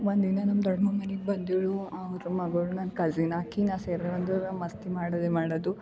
ಒಂದಿನ ನಮ್ಮ ದೊಡ್ಡಮ್ಮ ಮನೆಗ್ ಬಂದೀಳು ಅವ್ರ ಮಗಳು ನನ್ನ ಕಸಿನ್ ಆಕಿನ ಸೇರ್ಕಂಡು ನಾ ಮಸ್ತಿ ಮಾಡೋದೆ ಮಾಡೋದು